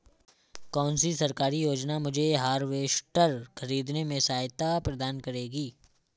कौन सी सरकारी योजना मुझे हार्वेस्टर ख़रीदने में सहायता प्रदान करेगी?